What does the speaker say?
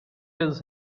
his